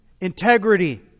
integrity